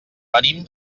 venim